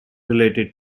related